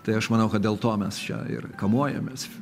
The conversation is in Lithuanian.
tai aš manau kad dėl to mes čia ir kamuojamės